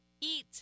eat